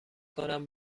کنم